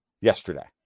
yesterday